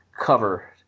cover